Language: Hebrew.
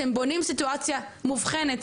אתם בונים סיטואציה מובחנת,